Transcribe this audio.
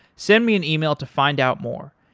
send me an email to find out more,